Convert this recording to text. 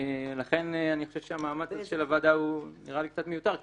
לכן אני חושב שהמאמץ של הוועדה קצת מיותר,